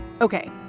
Okay